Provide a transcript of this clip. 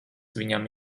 viņam